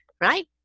right